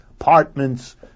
apartments